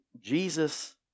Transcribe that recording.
Jesus